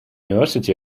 university